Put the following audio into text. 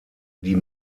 die